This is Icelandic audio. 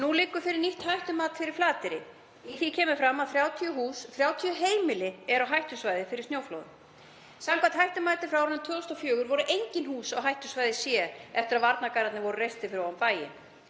Nú liggur fyrir nýtt hættumat fyrir Flateyri. Í því kemur fram að 30 hús, 30 heimili, eru á hættusvæði fyrir snjóflóðum. Samkvæmt hættumati frá árinu 2004 voru engin hús á hættusvæði C eftir að varnargarðarnir voru reistir fyrir ofan bæinn.